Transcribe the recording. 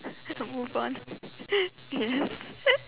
move on yes